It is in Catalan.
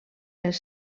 els